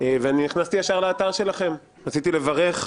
רציתי לברך.